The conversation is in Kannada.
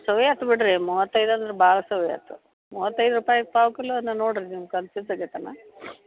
ಸೋವಿ ಆಯ್ತು ಬಿಡಿರಿ ಮೂವತ್ತೈದು ಅಂದ್ರೆ ಭಾಳ ಸೋವಿ ಆಯ್ತು ಮೂವತ್ತೈದು ರೂಪಾಯ್ಗೆ ಪಾವು ಕಿಲೋ ಅದನ್ನ ನೋಡಿರಿ ನಿಮ್ಗೆ ಕನ್ಫ್ಯೂಸ್ ಆಗೈತೇನೋ